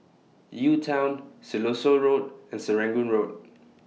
UTown Siloso Road and Serangoon Road